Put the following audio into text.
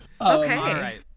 Okay